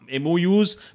MOUs